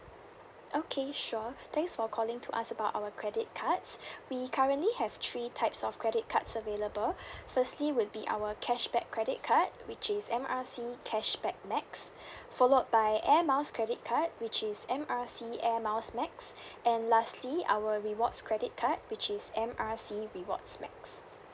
okay sure thanks for calling to ask about our credit cards we currently have three types of credit cards available firstly would be our cashback credit card which is M_R_C cashback max followed by air miles credit card which is M_R_C air miles max and lastly our rewards credit card which is M_R_C rewards max